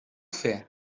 fer